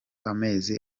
amezi